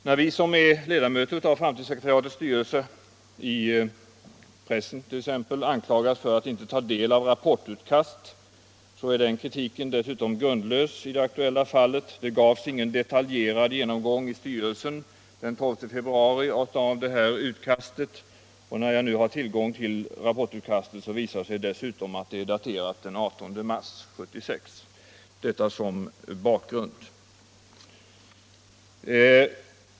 När vi som är ledamöter av framtidssekretariatets styrelse i pressen t.ex. anklagas för att inte ta del av rapportutkast är den kritiken dessutom grundlös i det aktuella fallet. Det gavs ingen detaljerad genomgång i styrelsen den 12 februari av detta utkast. När jag nu har tillgång till rapportutkastet visar det sig dessutom att det är daterat den 18 mars 1976. Detta nämner jag som bakgrund.